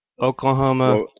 Oklahoma